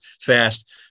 fast